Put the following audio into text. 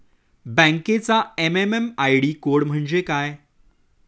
बँकेचा MM ID code म्हणजे काय?